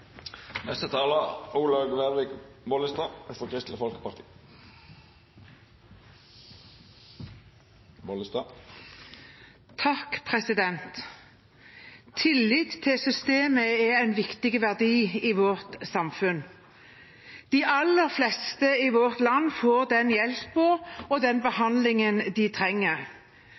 Tillit til systemet er en viktig verdi i vårt samfunn. De aller fleste i vårt land får den hjelpen og den behandlingen de trenger.